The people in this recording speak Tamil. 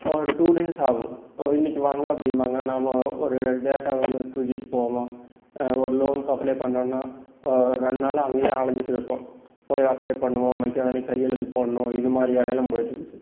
ஒரு டூ டேஸ் ஆகும் இன்னைக்கு வாங்க அப்படிம்பாங்க நாம ஒரு டேட்டாவ தூக்கிட்டு போவோம் ஒரு லோன்க்கு அப்ளே பண்ணுறோன்னா ரெண்டு நாள் அங்கேயே அலைஞ்சிட்டு இருப்போம் போய் அப்ளே பண்ணுவோம் மைக்கா நாள் கையெழுத்து போடணும் இது மாதிரி வேலையெல்லாம் போய்ட்டுருந்துச்சு